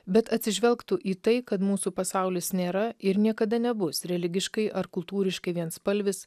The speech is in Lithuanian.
bet atsižvelgtų į tai kad mūsų pasaulis nėra ir niekada nebus religiškai ar kultūriškai vienspalvis